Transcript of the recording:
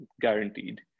guaranteed